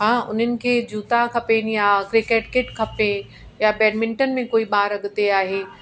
हा उन्हन खे जूता खपनि या क्रिकेट किट खपे या बैडमिंटन में कोई ॿार अॻिते आहे